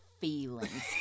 feelings